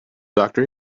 doctor